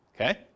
Okay